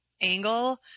angle